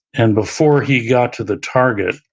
and before he got to the target,